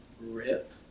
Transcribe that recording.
Rip